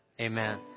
Amen